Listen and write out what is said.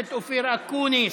חבר הכנסת אופיר אקוניס.